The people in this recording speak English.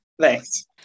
thanks